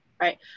right